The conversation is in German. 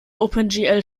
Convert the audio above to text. opengl